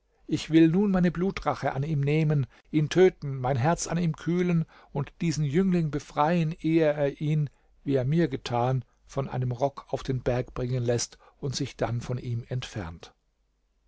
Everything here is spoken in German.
ich will nun meine blutrache an ihm nehmen ihn töten mein herz an ihm kühlen und diesen jüngling befreien ehe er ihn wie er mir getan hat von einem rock auf den berg bringen läßt und sich dann von ihm entfernt